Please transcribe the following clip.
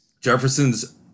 Jefferson's